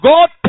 God